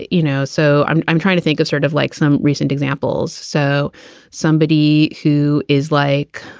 you know, so i'm i'm trying to think of sort of like some recent examples. so somebody who is like